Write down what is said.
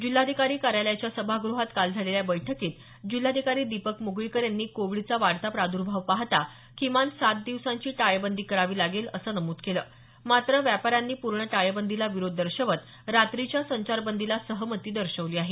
जिल्हाधिकारी कार्यालयाच्या सभागृहात काल झालेल्या बैठकीत जिल्हाधिकारी दीपक म्गळीकर यांनी कोविडचा वाढता प्रादर्भाव पाहता किमान सात दिवसांची टाळेबंदी करावी लागेल असं नमूद केलं मात्र व्यापाऱ्यांनी पूर्ण टाळेबंदीला विरोध दर्शवत रात्रीच्या संचारबंदीला सहमती दर्शविली आहे